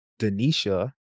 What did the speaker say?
denisha